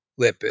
lipid